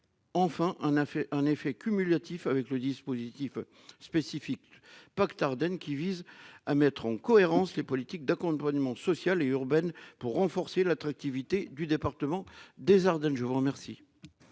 a fait un effet cumulatif avec le dispositif spécifique pact Ardennes qui vise à mettre en cohérence les politiques d'accompagnement social et urbaines pour renforcer l'attractivité du département des Ardennes. Je vous remercie.